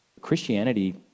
Christianity